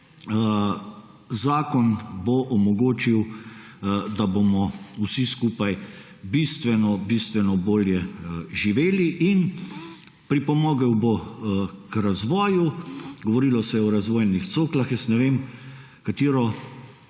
zakon bo omogočil, da bomo vsi skupaj bistveno bistveno bolje živeli, in pripomogel bo k razvoju, govorilo se je o razvojnih coklah – jaz ne vem, katero